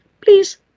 please